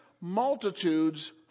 Multitudes